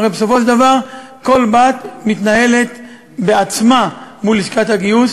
הרי בסופו של דבר כל בת מתנהלת בעצמה מול לשכת הגיוס.